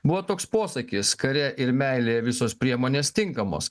buvo toks posakis kare ir meilėje visos priemonės tinkamos